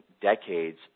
decades